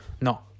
No